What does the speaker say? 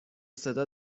صدا